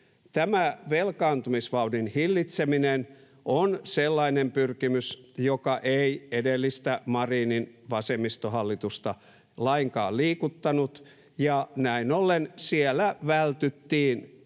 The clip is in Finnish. Tämä velkaantumisvauhdin hillitseminen on sellainen pyrkimys, joka ei edellistä Marinin vasemmistohallitusta lainkaan liikuttanut, ja näin ollen siellä vältyttiin